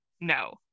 No